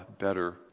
better